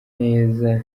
neza